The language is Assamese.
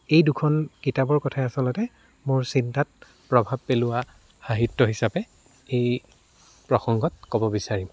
এই দুখন কিতাপৰ কথাই আচলতে মোৰ চিন্তাত প্ৰভাৱ পেলোৱা সাহিত্য হিচাপে এই প্ৰসংগত ক'ব বিচাৰিম